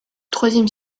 troisième